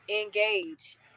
engage